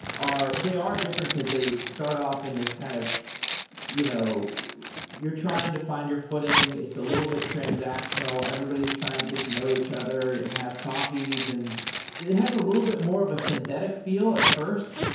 they are different because they start off in this kind of you know you're trying to find your footing. it's a little bit transactional. everybody's trying to get to know each other and have coffees, and it has a little bit more of a synthetic feel at first,